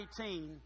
18